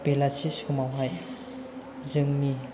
बेलासि समावहाय जोंनि